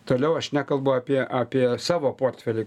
toliau aš nekalbu apie apie savo portfelį